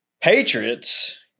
Patriots